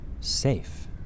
safe